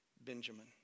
Benjamin